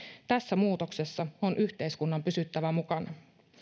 tässä muutoksessa on yhteiskunnan pysyttävä mukana